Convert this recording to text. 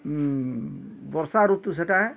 ଉଁ ବର୍ଷା ଋତୁ ସେଟା